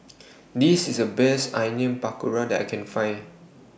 This IS The Best Onion Pakora that I Can Find